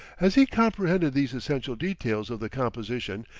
as he comprehended these essential details of the composition,